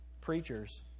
preachers